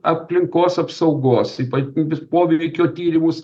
aplinkos apsaugos ypatingo poveikio tyrimus